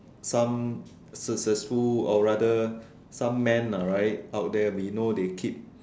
some successful or rather some men ah h right out there we know they keep